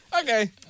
Okay